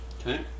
Okay